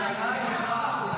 הצבעה.